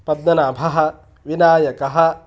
पद्मनाभः विनायकः